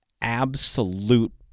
absolute